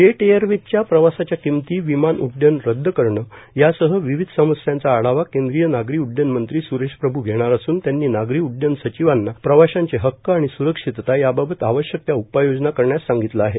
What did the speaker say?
jet एअरवेजच्या प्रवासाच्या किमती विमान उड्डयन रद्द करणे यासह विविध समस्यांचा आढावा केंद्रीय नागरी उड्डयन मंत्री सुरेश प्रभू घेणार असून त्यांनी नागरी उड्ड्यन सचिवांना प्रवाशांचे हक्क आणि सुरक्षितता याबाबत आवश्यक त्या उपाययोजना करण्यास सांगितलं आहे